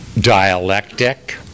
dialectic